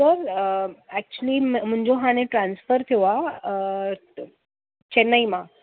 sir actually मुहिंजो हाणे transfer थियो आहे चैनई मां